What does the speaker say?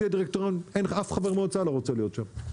אצלי בדירקטוריון אף חבר מועצה לא רוצה להיות שם,